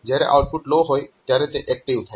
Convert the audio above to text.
જ્યારે output low હોય ત્યારે તે એક્ટીવ થાય છે